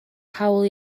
hawl